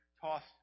tossed